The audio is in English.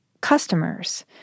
customers